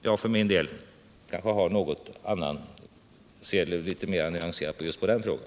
Jag för min del ser något mera nyanserat just på den frågan.